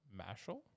mashal